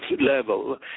level